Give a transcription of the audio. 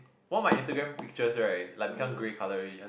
one of my Instagram pictures right like become grey colour already